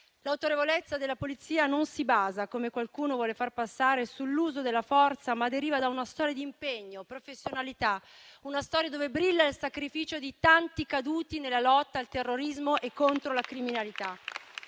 L'autorevolezza della Polizia non si basa, come qualcuno vuole far passare, sull'uso della forza, ma deriva da una storia di impegno e professionalità, nella quale brilla il sacrificio di tanti caduti nella lotta al terrorismo e contro la criminalità.